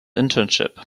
internship